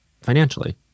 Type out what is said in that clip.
financially